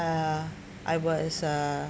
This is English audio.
ah I was uh